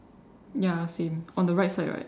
ya same on the right side right